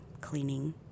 cleaning